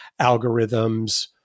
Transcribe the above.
algorithms